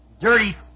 dirty